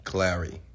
Clary